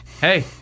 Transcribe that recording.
hey